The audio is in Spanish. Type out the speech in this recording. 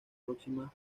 próximas